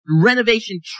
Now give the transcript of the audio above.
renovation